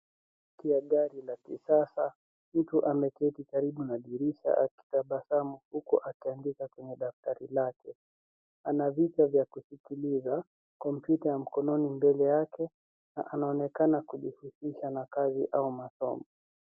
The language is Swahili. Kiti ya gari la kisasa, mtu ameketi karibu na dirisha, akitabasamu huku akiandika kwenye daftari lake, ana vitu vya kusikiliza, kompyuta ya mkononi mbele yake, na anaonekana kujihusisha na kazi au masomo.